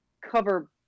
cover